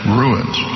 ruins